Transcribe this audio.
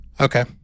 Okay